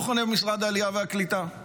לא חונה במשרד העלייה והקליטה,